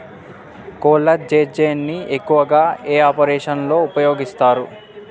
కొల్లాజెజేని ను ఎక్కువగా ఏ ఆపరేషన్లలో ఉపయోగిస్తారు?